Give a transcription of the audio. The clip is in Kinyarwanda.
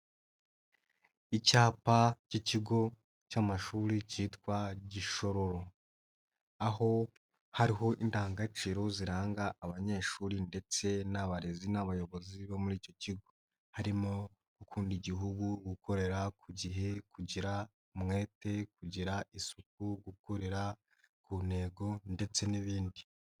Icyapa cy'ikigo cy'amashuri cyitwa Gishororo, aho hariho indangagaciro ziranga abanyeshuri ndetse n'abarezi n'abayobozi bo muri icyo kigo harimo gukunda igihugu, gukorera ku gihe, kugira umwete, kugira isuku, gukorera ku ntego ndetse n'ibindi.